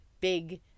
big